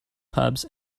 pubs